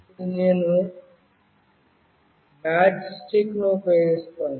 ఇప్పుడు నేను మ్యాచ్స్టిక్ ను ఉపయోగిస్తాను